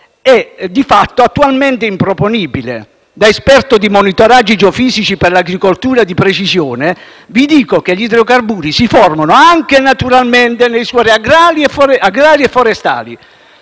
è di fatto attualmente improponibile. Da esperto di monitoraggi geofisici per l’agricoltura di precisione, vi dico che gli idrocarburi si formano anche naturalmente nei suoli agrari e forestali.